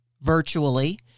virtually